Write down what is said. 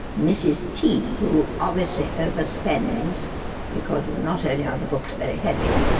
mrs t, who obviously over-spends because not only are the books very heavy,